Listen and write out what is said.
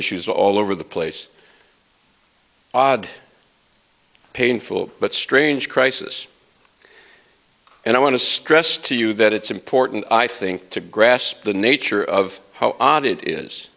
issues all over the place odd painful but strange crisis and i want to stress to you that it's important i think to grasp the nature of how odd it is